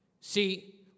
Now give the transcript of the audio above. See